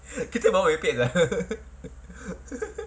kita berbual merepek lah